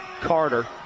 Carter